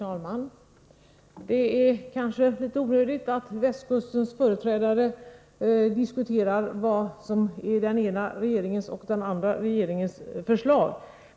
Herr talman! Det är kanske litet onödigt att västkustens företrädare diskuterar vad som är den ena eller den andra regeringens förslag.